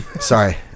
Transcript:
sorry